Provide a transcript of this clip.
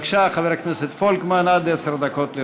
בבקשה, חבר הכנסת פולקמן, עד עשר דקות לרשותך.